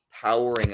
powering